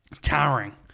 towering